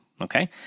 Okay